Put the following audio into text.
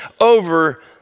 over